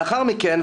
לאחר מכן,